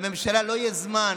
לממשלה לא יהיה זמן,